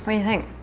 you think?